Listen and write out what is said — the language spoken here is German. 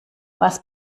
was